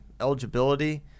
eligibility